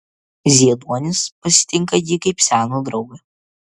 zieduonis pasitinka jį kaip seną draugą